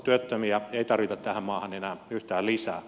työttömiä ei tarvita tähän maahan enää yhtään lisää